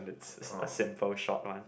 it's a simple short one